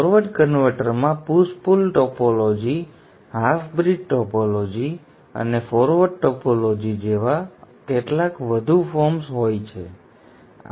forward કન્વર્ટરમાં push pull topology half bridge topology અને forward topology જેવા કેટલાક વધુ ફોર્મ્સ હોય છે